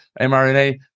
mRNA